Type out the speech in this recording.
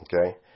Okay